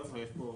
יש פה מספרים,